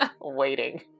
Waiting